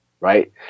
right